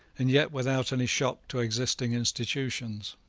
and yet without any shock to existing institutions.